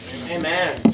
Amen